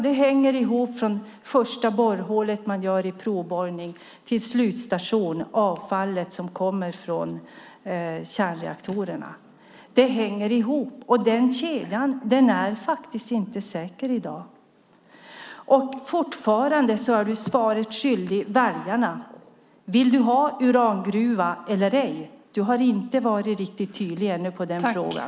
De hänger ihop från första borrhålet vid provborrning till slutstationen, det vill säga avfallet som kommer från kärnreaktorerna. De hänger ihop. Den kedjan är faktiskt inte säker i dag. Fortfarande är du väljarna svaret skyldig. Vill du ha urangruva eller ej? Du har inte varit riktigt tydlig i den frågan.